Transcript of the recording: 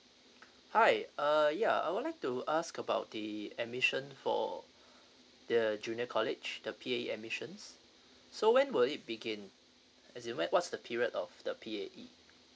hi uh ya I would like to ask about the admission for the junior college the P_A_E admissions so when will it begin as in when what's the period of the P_A_E